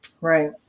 right